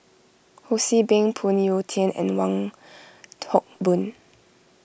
Ho See Beng Phoon Yew Tien and Wong Hock Boon